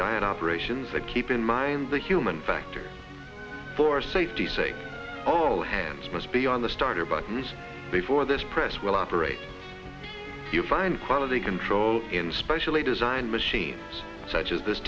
giant operations a keep in mind the human factor for safety sake all hands must be on the starter bodies before this press will operate you'll find quality control in specially designed machines such as this